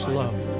love